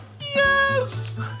yes